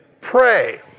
Pray